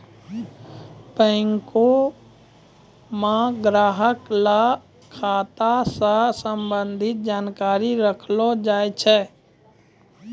बैंको म ग्राहक ल खाता स संबंधित जानकारी रखलो जाय छै